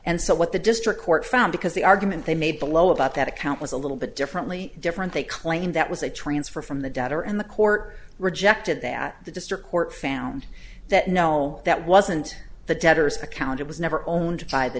and so what the district court found because the argument they made below about that account was a little bit differently different they claim that was a transfer from the debtor and the court rejected that the district court found that no that wasn't the debtors account it was never owned by the